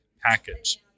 package